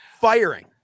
firing